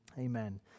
Amen